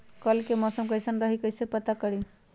कल के मौसम कैसन रही कई से पता करी?